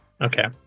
okay